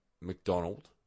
McDonald